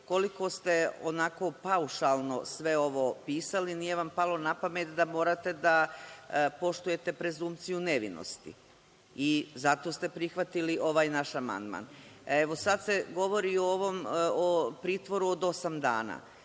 koliko ste, onako paušalno sve ovo pisali, nije vam palo na pamet da morate da poštujete prezunkciju nevinosti i zato ste prihvatili ovaj naš amandman. Sada se govori o pritvoru od osam dana,